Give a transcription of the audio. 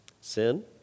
sin